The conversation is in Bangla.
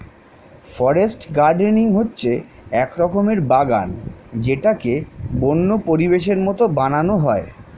ফরেস্ট গার্ডেনিং হচ্ছে এক রকমের বাগান যেটাকে বন্য পরিবেশের মতো বানানো হয়